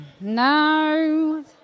No